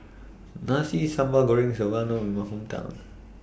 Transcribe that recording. Nasi Sambal Goreng IS Well known in My Hometown